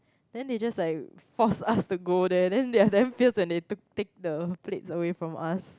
then they just like force us to go there then they're damn fierce when they took take the plates away from us